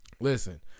Listen